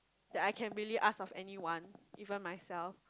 that I can really ask of anyone even myself